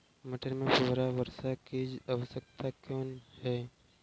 मटर में फुहारा वर्षा की आवश्यकता क्यो है?